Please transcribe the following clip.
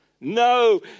No